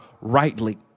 rightly